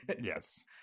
Yes